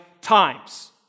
times